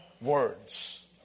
words